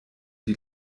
die